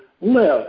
live